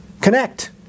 Connect